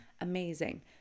Amazing